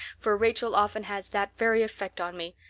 for rachel often has that very effect on me.